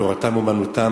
"תורתם אומנותם",